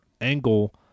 Angle